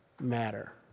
matter